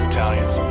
Italians